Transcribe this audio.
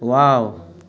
wow